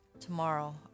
tomorrow